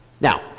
Now